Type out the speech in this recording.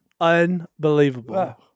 unbelievable